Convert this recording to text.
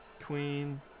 Queen